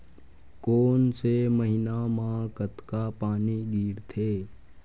कोन से महीना म कतका पानी गिरथे?